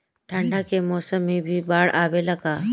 ठंडा के मौसम में भी बाढ़ आवेला का?